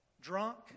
drunk